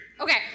Okay